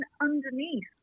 underneath